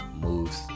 moves